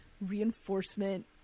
reinforcement